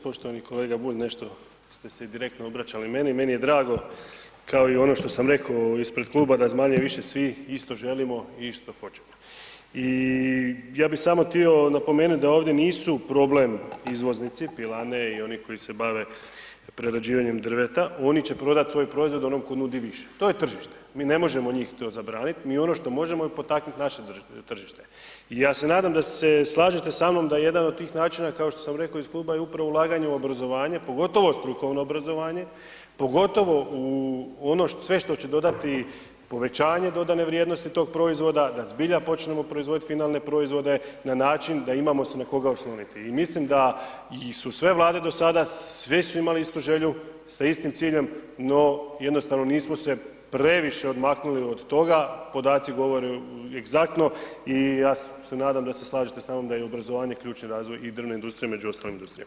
Poštovani kolega Bulj, nešto ste se i direktno obraćali meni, meni je drago kao i ono što sam rekao ispred kluba da manje-više svi isto želimo i isto hoćemo i ja bi samo htio napomenut da ovdje nisu problem izvoznici, pilane i oni koji se bave prerađivanjem drveta, oni će prodat svoj proizvod onom tko nudi više, to je tržište, mi ne možemo njih to zabranit, mi ono što možemo je potaknut naše tržište i ja se nadam da se slažete sa mnom da jedan od tih načina kao što sam rekao iz kluba je upravo ulaganje u obrazovanje, pogotovo strukovno obrazovanje, pogotovo u ono sve što će dodati povećanje dodane vrijednosti tog proizvoda da zbilja počnemo proizvodit finalne proizvode na način da imamo se na koga osloniti i mislim da su sve Vlade do sada sve su imale istu želju sa istim ciljem, no jednostavno nismo se previše odmaknuli od toga, podaci govore egzaktno i ja se nadam da se slažete sa mnom da je i obrazovanje ključni razvoj i drvne industrije, među ostalim industrijama.